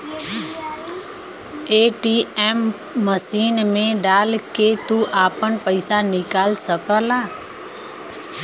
ATM machine मे डाल के तू आपन पइसा निकाल सकला